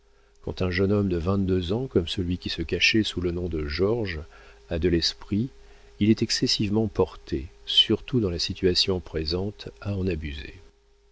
quand un jeune homme de vingt-deux ans comme celui qui se cachait sous le nom de georges a de l'esprit il est excessivement porté surtout dans la situation présente à en abuser